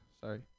Sorry